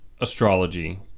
astrology